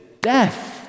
Death